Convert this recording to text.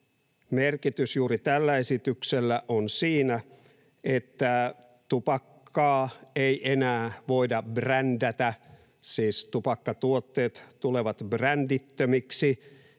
merkitys juuri tällä esityksellä on siinä, että tupakkaa ei enää voida brändätä, siis tupakkatuotteet tulevat brändittömiksi